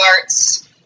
arts